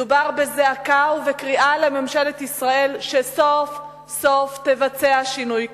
מדובר בזעקה ובקריאה לממשלת ישראל שסוף-סוף תבצע שינוי כיוון,